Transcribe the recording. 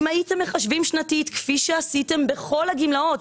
אם הייתם מחשבים שנתית כפי שעשיתם בכל הגמלאות,